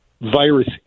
virus